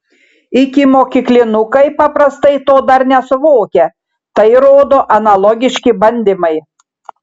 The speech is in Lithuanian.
ikimokyklinukai paprastai to dar nesuvokia tai rodo analogiški bandymai